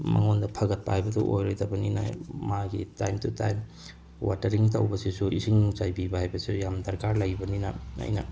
ꯃꯉꯣꯟꯗ ꯐꯒꯠꯄ ꯍꯥꯏꯕꯗꯨ ꯑꯣꯏꯔꯣꯏꯗꯕꯅꯤꯅ ꯃꯥꯒꯤ ꯇꯥꯏꯝ ꯇꯨ ꯇꯥꯏꯝ ꯋꯥꯇꯔꯤꯡ ꯇꯧꯕꯁꯤꯁꯨ ꯏꯁꯤꯡ ꯆꯥꯏꯕꯤꯕ ꯍꯥꯏꯕꯁꯨ ꯌꯥꯝꯅ ꯗꯔꯀꯥꯔ ꯂꯩꯕꯅꯤꯅ ꯑꯩꯅ